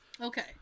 Okay